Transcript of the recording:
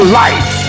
life